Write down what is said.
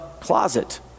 closet